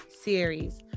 series